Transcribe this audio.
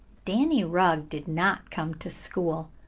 danny rugg did not come to school,